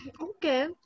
okay